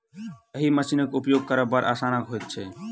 एहि मशीनक उपयोग करब बड़ आसान होइत छै